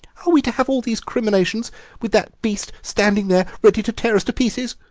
are we to have all these recriminations with that beast standing there ready to tear us to pieces?